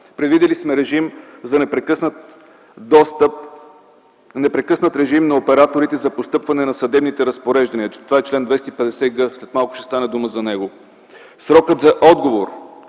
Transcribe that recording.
Предвидили сме режим за непрекъснат достъп, непрекъснат режим на операторите за постъпване на съдебните разпореждания – чл. 250г, след малко ще стане дума за него. Срокът за отговор,